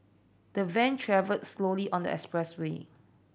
the van travelled slowly on the expressway